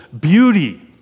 beauty